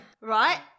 Right